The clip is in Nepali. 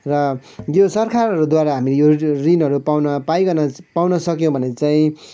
र यो सरकारहरूद्वारा हामी यो ऋणहरू पाउन पाइकन पाउन सक्यो भने चाहिँ